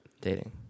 dating